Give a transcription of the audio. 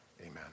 amen